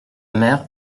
mère